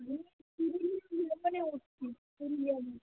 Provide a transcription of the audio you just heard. কি ব্যাপারে